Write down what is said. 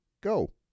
go